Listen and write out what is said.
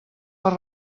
per